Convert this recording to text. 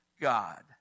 God